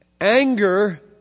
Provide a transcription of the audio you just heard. anger